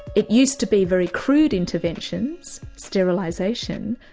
it used to be very crude interventions, sterilisation,